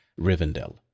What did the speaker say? Rivendell